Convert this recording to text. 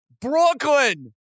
Brooklyn